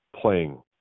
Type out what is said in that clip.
playing